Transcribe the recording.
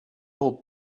hold